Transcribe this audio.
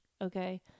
okay